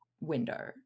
window